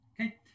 Okay